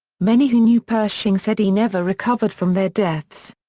many who knew pershing said he never recovered from their deaths.